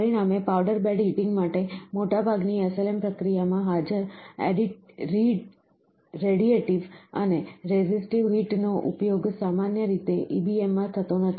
પરિણામે powder bed heating માટે મોટાભાગની SLM પ્રણાલીમાં હાજર રેડિએટિવ અને રેઝિસ્ટિવ હીટ નો ઉપયોગ સામાન્ય રીતે EBM માં થતો નથી